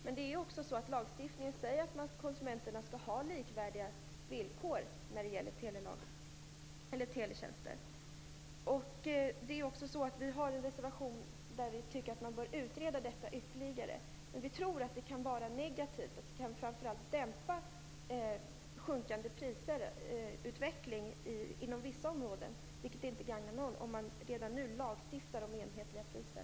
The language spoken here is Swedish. Men lagstiftningen säger att konsumenterna skall ha likvärdiga villkor när det gäller teletjänster. Vi har en reservation där vi tycker att detta bör utredas ytterligare. Men vi tror att det kan vara negativt och framför allt att det kan dämpa en utveckling mot sjunkande priser inom vissa områden, vilket inte gagnar någon om man redan nu lagstiftar om enhetliga priser.